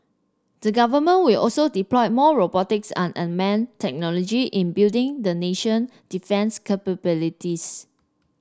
the government will also deploy more robotics and unmanned technologies in building the nation defence capabilities